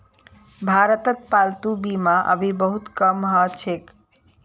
भारतत पालतू बीमा अभी बहुत कम ह छेक